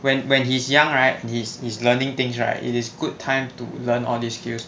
when when he's young right is is learning things right it is good time to learn all these skills